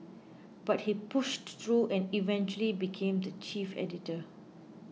but he pushed through and eventually became the chief editor